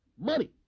Money